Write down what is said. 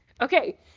okay